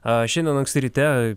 a šiandien anksti ryte